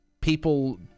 people